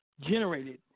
generated